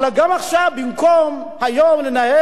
אבל גם עכשיו, במקום לנהל